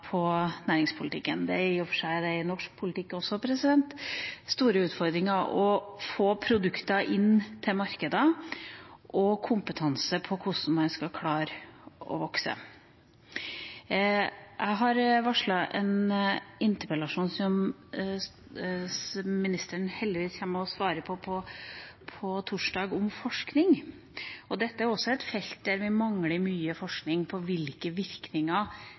næringspolitikken – og det er det i og for seg også i norsk politikk. Det er store utfordringer med å få produkter inn til markedene og kompetanse på hvordan man skal klare å vokse. Jeg har varslet en interpellasjon, som ministeren heldigvis kommer og svarer på, på torsdag om forskning, og dette er også et felt der vi mangler mye forskning, på hvilke virkninger